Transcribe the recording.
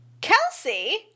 Kelsey